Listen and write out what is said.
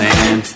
Man